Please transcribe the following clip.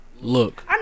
Look